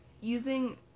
using